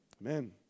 Amen